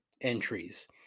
entries